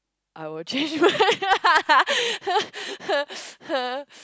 I would change my